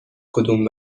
کدوم